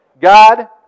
God